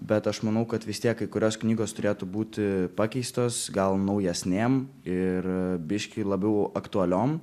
bet aš manau kad vis tiek kai kurios knygos turėtų būti pakeistos gal naujesnėm ir biškį labiau aktualiom